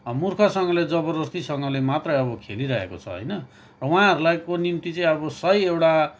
मुर्खसँगले जबर्जस्तीसँगले मात्रै अब खेलिरहेको छ होइन उहाँहरूलाई को निम्ति चाहिँ अब सही एउटा